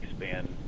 expand